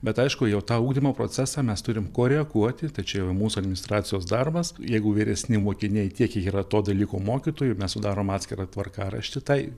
bet aišku jau tą ugdymo procesą mes turim koreguoti tai čia jau mūsų administracijos darbas jeigu vyresni mokiniai tiek kiek yra to dalyko mokytojų mes sudarom atskirą tvarkaraštį tai